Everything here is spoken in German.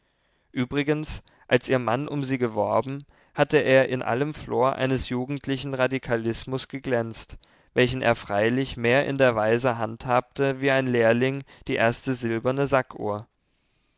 übrigens als ihr mann um sie geworben hatte er in allem flor eines jugendlichen radikalismus geglänzt welchen er freilich mehr in der weise handhabte wie ein lehrling die erste silberne sackuhr